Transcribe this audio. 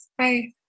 Hi